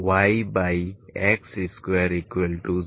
yx2222